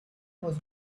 was